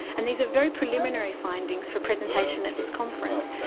and these are very preliminary findings for presentation at this conference,